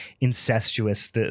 incestuous